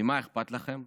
ממה אכפת לכם?